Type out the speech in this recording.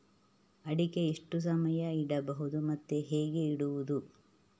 ಅಡಿಕೆ ಎಷ್ಟು ಸಮಯ ಇಡಬಹುದು ಮತ್ತೆ ಹೇಗೆ ಇಡುವುದು?